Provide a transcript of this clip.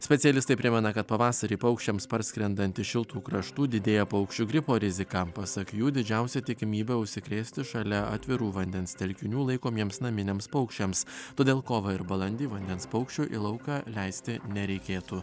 specialistai primena kad pavasarį paukščiams parskrendant iš šiltųjų kraštų didėja paukščių gripo rizika pasak jų didžiausia tikimybė užsikrėsti šalia atvirų vandens telkinių laikomiems naminiams paukščiams todėl kovą ir balandį vandens paukščių į lauką leisti nereikėtų